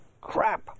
crap